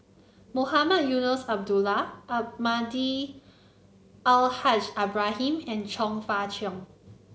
Mohamed Eunos Abdullah Almahdi Al Haj Ibrahim and Chong Fah Cheong